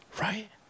right